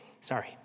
sorry